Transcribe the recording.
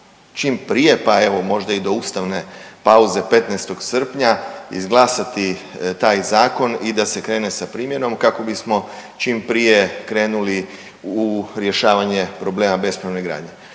čim prije, pa evo možda i do ustavne pauze 15. srpnja izglasati taj Zakon i da se krene sa primjenom kako bismo čim prije krenuli u rješavanje problema bespravne gradnje.